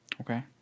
okay